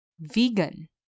Vegan